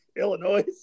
Illinois